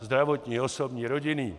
Zdravotní, osobní, rodinný.